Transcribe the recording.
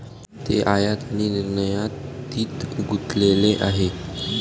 ते आयात आणि निर्यातीत गुंतलेले आहेत